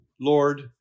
Lord